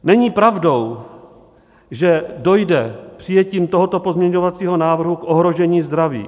Není pravdou, že dojde přijetím tohoto pozměňovacího návrhu k ohrožení zdraví.